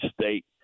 State